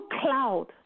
cloud